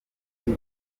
yita